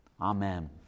Amen